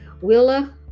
Willa